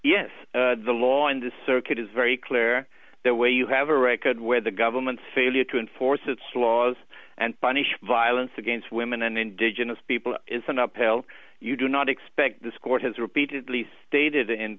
yes the law in the circuit is very clear the way you have a record where the government's failure to enforce its laws and punish violence against women and indigenous people is an uphill you do not expect this court has repeatedly stated in